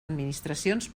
administracions